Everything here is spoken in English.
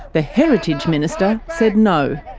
the heritage minister said no.